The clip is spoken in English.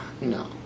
no